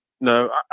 No